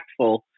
impactful